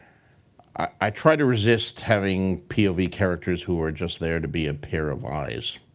i try to resist having pov characters who are just there to be a pair of eyes.